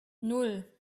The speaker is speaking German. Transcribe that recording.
nan